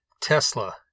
Tesla